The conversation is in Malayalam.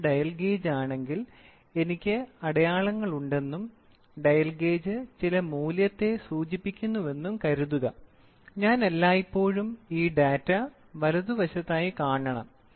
ഇതൊരു ഡയൽ ഗേജാണെങ്കിൽ എനിക്ക് അടയാളങ്ങളുണ്ടെന്നും ഡയൽ ഗേജ് ചില മൂല്യത്തെ സൂചിപ്പിക്കുന്നുവെന്നും കരുതുക ഞാൻ എല്ലായ്പ്പോഴും ഈ ഡാറ്റ വലുതുവശത്തായി കാണണം